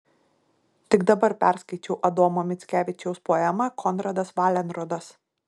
tik dabar perskaičiau adomo mickevičiaus poemą konradas valenrodas